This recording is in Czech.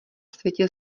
světě